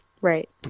Right